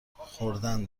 خوردن